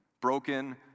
broken